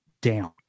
down